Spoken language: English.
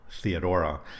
Theodora